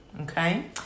okay